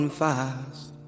fast